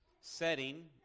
setting